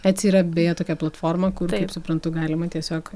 etsy yra beje tokia platforma kur taip suprantu galima tiesiog